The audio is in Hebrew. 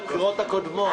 לבחירות הקודמות.